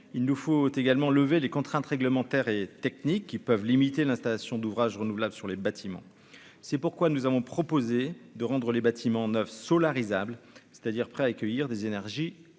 il nous faut également lever les contraintes réglementaires et techniques qui peuvent limiter l'installation d'ouvrages renouvelable sur les bâtiments, c'est pourquoi nous avons proposé de rendre les bâtiments neufs Solar Isablle c'est-à-dire prêts à accueillir des énergies renouvelables